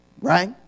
Right